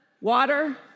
water